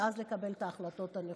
ואז לקבל את ההחלטות הנכונות.